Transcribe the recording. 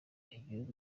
igihugu